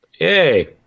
Yay